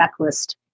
checklist